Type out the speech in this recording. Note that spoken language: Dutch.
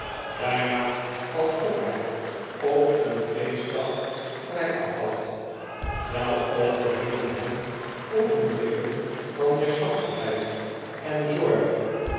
bijna alsof hij op een feestdag vrijaf had wel overvielen hem oogenblikken van neerslachtigheid en zorg